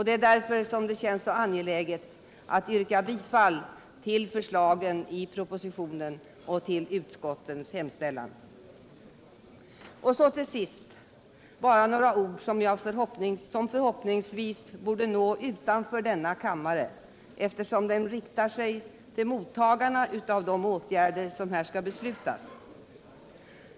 Det är därför det känns ling, m.m. så angeläget att yrka bifall till förslagen i propositionen och vad utskotten hemställer. Till sist några ord som förhoppningsvis borde nå utanför denna kammare, eftersom de riktar sig till mottagarna av de åtgärder som här skall beslutas.